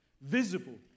visible